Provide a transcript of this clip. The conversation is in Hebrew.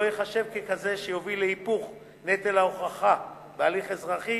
לא ייחשב ככזה שיוביל להיפוך נטל ההוכחה בהליך אזרחי,